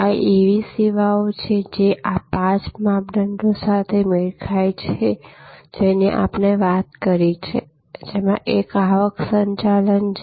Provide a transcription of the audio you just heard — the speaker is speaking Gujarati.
આ એવી સેવાઓ છે જે આ પાંચ માપદંડો સાથે મેળ ખાય છે જેની આપણે વાત કરી છે જેમાં એક આવક સંચાલન છે